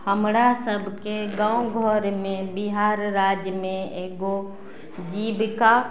हमरा सबके गाँव घरमे बिहार राज्यमे एगो जीविका